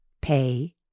pay